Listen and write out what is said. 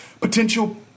potential